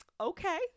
okay